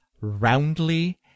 roundly